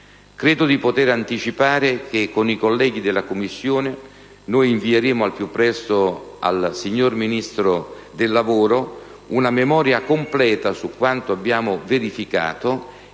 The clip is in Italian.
d'ora che, insieme ai colleghi della Commissione, invieremo al più presto al signor Ministro del lavoro una memoria completa su quanto abbiamo verificato